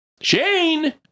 Shane